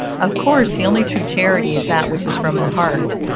of course the only true charity is that which is from the heart.